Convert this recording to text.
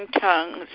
tongues